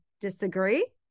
disagree